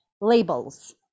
labels